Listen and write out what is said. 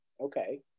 Okay